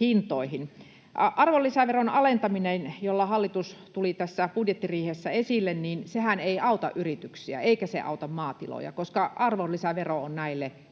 hintoihin. Arvonlisäveron alentaminenhan, jolla hallitus tuli tässä budjettiriihessä esille, ei auta yrityksiä, eikä se auta maatiloja, koska arvonlisävero on näille